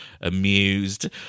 amused